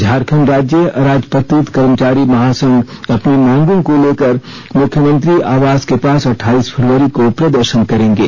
झारखंड राज्य अराजपत्रित कर्मचारी महासंघ अपनी मांगों को लेकर मुख्यमंत्री आवास के पास अठाइस फरवरी को प्रदर्शन करेंगे